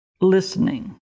listening